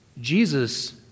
Jesus